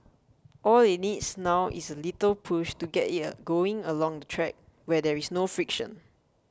all it needs now is a little push to get it a going along the track where there is no friction